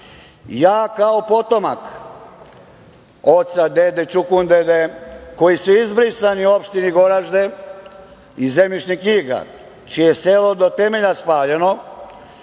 Kao potomak oca, dede, čukundede, koji su izbrisani u opštini Goražde iz zemljišnih knjiga, čije je selo do temelja spaljeno,